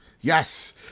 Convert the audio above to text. Yes